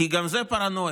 כי גם זו פרנויה.